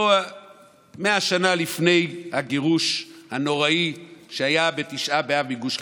100 שנה לפני הגירוש הנוראי שהיה בתשעה באב בגוש קטיף.